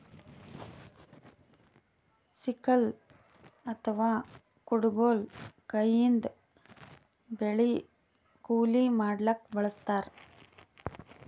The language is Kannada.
ಸಿಕಲ್ ಅಥವಾ ಕುಡಗೊಲ್ ಕೈಯಿಂದ್ ಬೆಳಿ ಕೊಯ್ಲಿ ಮಾಡ್ಲಕ್ಕ್ ಬಳಸ್ತಾರ್